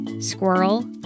Squirrel